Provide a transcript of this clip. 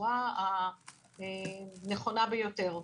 בצורה הנכונה ביותר.